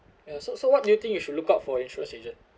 ya so so what do you think you should look up for insurance agent